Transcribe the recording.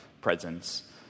presence